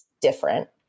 different